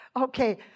Okay